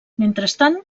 mentrestant